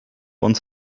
uns